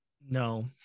No